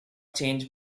change